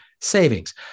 savings